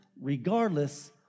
regardless